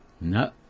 No